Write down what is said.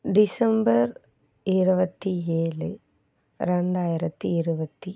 December இருபத்தி ஏழு ரெண்டாயிரத்தி இருபத்தி